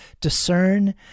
discern